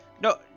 No